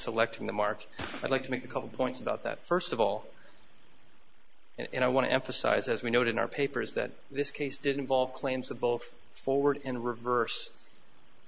selecting the mark i'd like to make a couple points about that first of all and i want to emphasize as we note in our papers that this case did involve claims of both forward in reverse